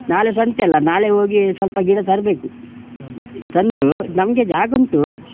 ನಾಳೆ ಸಂತೆಲ್ಲ ನಾಳೆ ಹೋಗಿ ಸ್ವಲ್ಪ ಗಿಡ ತರಬೇಕು ತಂದೂ ನಮಗೆ ಜಾಗುಂಟು